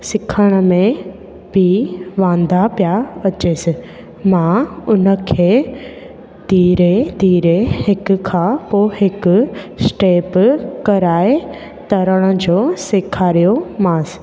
सिखण में बि वांधा पिया अचेसि मां हुनखे धीरे धीरे हिकु खां पोइ हिकु स्टेप कराए तरण जो सेखारियोमांसि